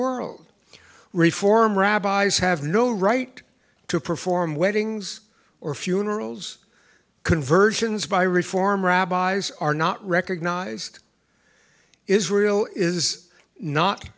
world reform rabbis have no right to perform weddings or funerals conversions by reform rabbis are not recognized israel is not